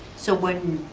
so when,